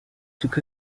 took